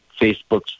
Facebook's